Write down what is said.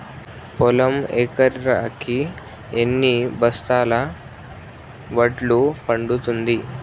పొలం ఎకరాకి ఎన్ని బస్తాల వడ్లు పండుతుంది?